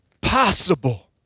possible